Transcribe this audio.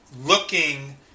looking